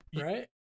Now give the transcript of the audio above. right